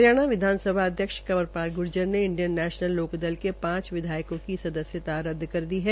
हरियाणा विधानसभा अध्यक्ष कंवरपाल गूर्जर ने इंडियन नैशनल लोकदल के पांच विधायकों की सदस्यता रद्द कर दी है